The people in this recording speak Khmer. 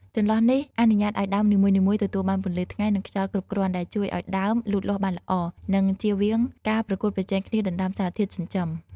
ចន្លោះនេះអនុញ្ញាតឲ្យដើមនីមួយៗទទួលបានពន្លឺថ្ងៃ និងខ្យល់គ្រប់គ្រាន់ ដែលជួយឲ្យដើមលូតលាស់បានល្អ និងចៀសវាងការប្រកួតប្រជែងគ្នាដណ្ដើមសារធាតុចិញ្ចឹម។